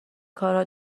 کارها